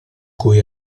cui